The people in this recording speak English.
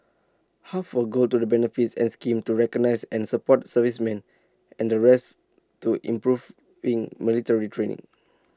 half will go to the benefits and schemes to recognise and support servicemen and the rest to improving military training